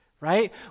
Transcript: right